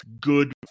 good